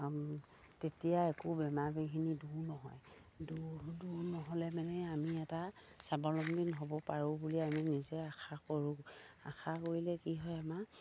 তেতিয়া একো বেমাৰ বিঘিনি দূৰ নহয় দূৰ দূৰ নহ'লে মানে আমি এটা স্বাৱলম্বী হ'ব পাৰোঁ বুলি আমি নিজে আশা কৰোঁ আশা কৰিলে কি হয় আমাৰ